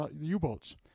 U-boats